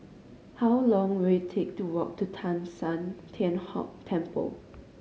how long will it take to walk to Teng San Tian Hock Temple